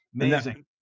Amazing